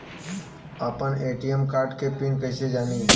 आपन ATM card के pin कईसे जानी?